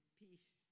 peace